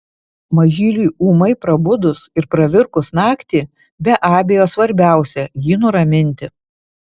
mažyliui ūmai prabudus ir pravirkus naktį be abejo svarbiausia jį nuraminti